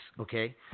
okay